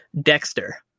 Dexter